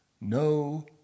No